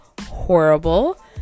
horrible